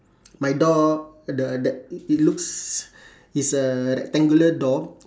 my door the the it looks it's a rectangular door